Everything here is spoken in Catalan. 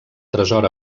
tresor